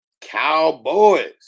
Cowboys